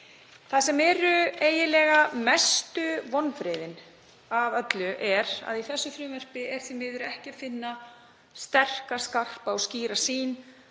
Það sem eru eiginlega mestu vonbrigðin er að í þessu frumvarpi er því miður ekki að finna sterka, skarpa og skýra sýn